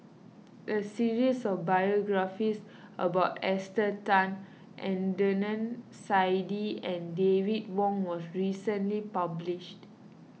a series of biographies about Esther Tan Adnan Saidi and David Wong was recently published